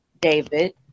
David